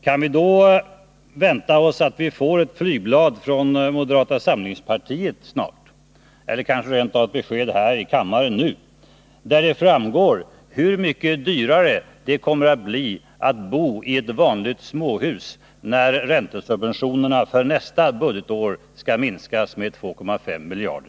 Kan vi då vänta oss att få ett flygblad från moderata samlingspartiet snart eller kanske rent av ett besked häri kammaren nu, där det framgår hur mycket dyrare det kommer att bli att bo i ett vanligt småhus när räntesubventionerna för nästa budgetår skall minskas med 2,5 miljarder?